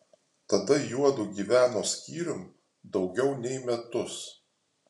tada juodu gyveno skyrium daugiau nei metus